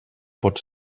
pot